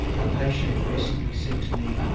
a patient recently said to me,